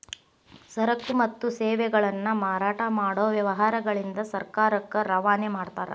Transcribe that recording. ಸರಕು ಮತ್ತು ಸೇವೆಗಳನ್ನ ಮಾರಾಟ ಮಾಡೊ ವ್ಯವಹಾರಗಳಿಂದ ಸರ್ಕಾರಕ್ಕ ರವಾನೆ ಮಾಡ್ತಾರ